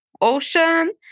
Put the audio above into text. ocean